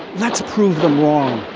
let's prove them wrong